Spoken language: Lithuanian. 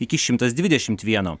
iki šimtas dvidešimt vieno